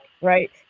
right